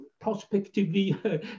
prospectively